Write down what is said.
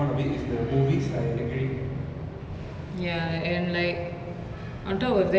I guess that's why they want to kind of revive the film industry for a country that is so dependant on like